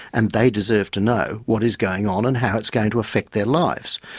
and they deserve to know what is going on and how it's going to affect their lives.